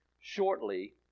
shortly